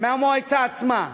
מהמועצה עצמה.